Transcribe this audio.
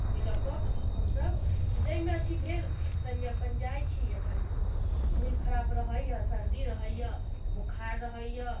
तऽ ओहि लऽ कऽ हमसब जाहिमे अथी भेल ताहिमे अपन जाइत छी अपन मन खराब रहैया सर्दी रहैया बुखार रहैया